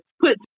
put